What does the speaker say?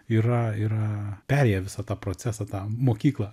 yra yra perėję visą tą procesą tą mokyklą